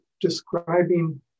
describing